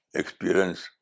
experience